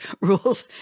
rules